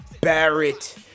Barrett